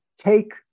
take